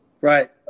Right